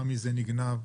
מה מזה נגנב,